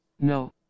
no